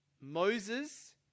Moses